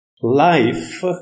Life